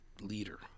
leader